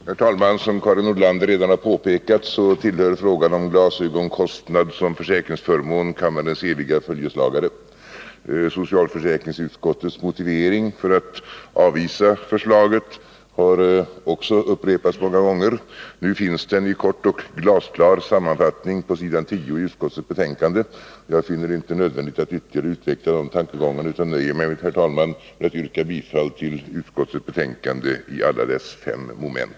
Herr talman! Som Karin Nordlander redan har påpekat tillhör frågan om glasögonkostnaden som försäkringsförmån kammarens eviga följeslagare. Socialförsäkringsutskottets motivering för att avvisa förslaget har också upprepats många gånger. Nu finns den i kort och glasklar sammanfattning på s. 10 i utskottets betänkande, och jag finner det inte nödvändigt att ytterligare utveckla dessa tankegångar, utan jag nöjer mig med, herr talman, att yrka bifall till utskottets hemställan i alla dess fem moment.